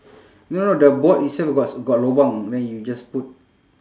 no no the board itself got s~ got lobang then you just put